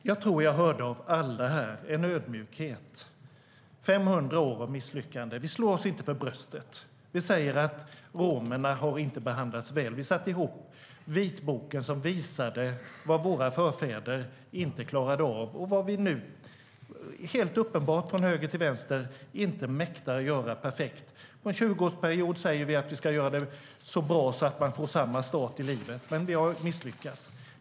Herr talman! Jag tror att jag hos alla här hörde en ödmjukhet. 500 år av misslyckanden - vi slår oss inte för bröstet. Vi säger att romerna inte har behandlats väl. Vi satte ihop vitboken som visade vad våra förfäder inte klarade av och vad vi nu från höger till vänster helt uppenbart inte mäktar att göra perfekt. Under en tjugoårsperiod säger vi att vi ska göra det så bra att man får samma start i livet, men vi har misslyckats.